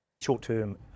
Short-term